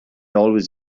always